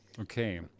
okay